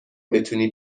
بتونی